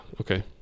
Okay